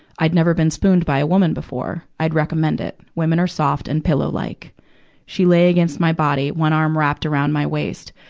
i'd never been spooned by a woman before. i'd recommend it. women and soft and pillow-like. she lay against my body, one arm wrapped around my waist,